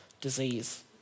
disease